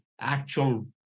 actual